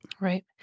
Right